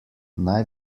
naj